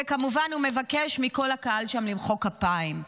וכמובן, הוא מבקש מכל הקהל שם למחוא כפיים.